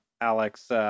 Alex